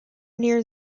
near